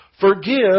Forgive